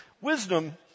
Wisdom